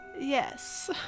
Yes